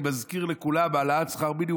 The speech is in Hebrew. אני מזכיר לכולם: העלאות שכר מינימום